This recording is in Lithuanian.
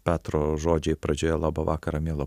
petro žodžiai pradžioje labą vakarą miela